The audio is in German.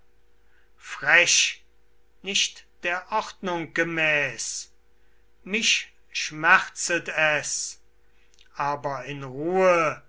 frech nicht der ordnung gemäß mich schmerzet es aber in ruhe